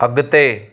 अॻिते